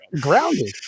grounded